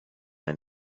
ein